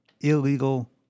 illegal